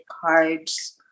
cards